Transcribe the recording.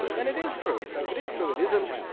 then it is true. so if it is true, it isn't,